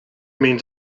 means